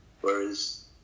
whereas